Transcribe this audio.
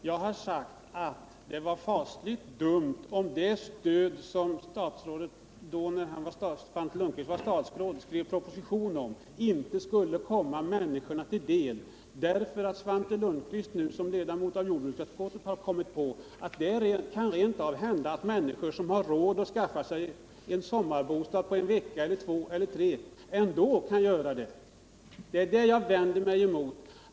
Jag har sagt att det skulle vara fasligt dumt om det stöd som Svante Lundkvist som statsråd skrev en proposition om inte kunde komma människorna till del därför att Svante Lundkvist nu som ledamot av jordbruksutskottet har kommit på att det rent av kan finnas människor som utan detta stöd har råd att skaffa sig en sommarbostad för en, två eller tre veckor. Det är detta jag vänder mig emot.